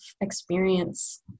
experience